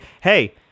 hey